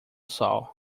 sol